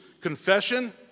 confession